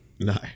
No